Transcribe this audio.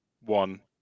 one